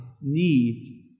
need